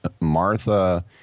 Martha